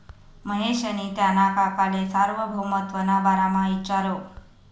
महेशनी त्याना काकाले सार्वभौमत्वना बारामा इचारं